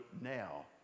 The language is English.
now